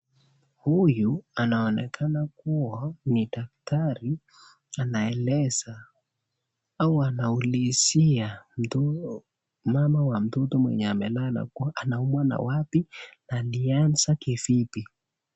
Huyu anaonekana kuwa ni daktari anaeleza au anaulizia mtu huyo mama wa mtoto mwenye amelala kuwa anaumwa na wapi na ilianza kivipi.